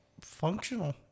functional